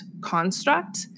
construct